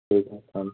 ٹھیک ہے اسلام علیکم